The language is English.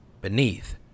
Beneath